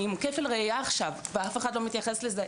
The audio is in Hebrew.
אני עם כפל ראייה עכשיו ואף אחד לא מתייחס לזה,